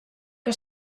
que